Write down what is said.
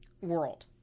world